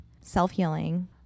self-healing